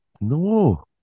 No